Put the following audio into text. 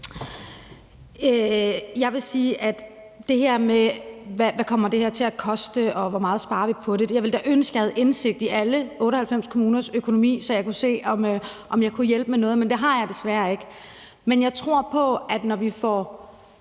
Jeg vil til det her med, hvad det her kommer til at koste, og hvor meget vi sparer på det, sige, at jeg da ville ønske, at jeg havde indsigt i alle 98 kommuners økonomi, så jeg kunne se, om jeg kunne hjælpe med noget, men det har jeg desværre ikke. Men jeg tror på, at når vi får